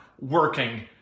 working